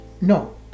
No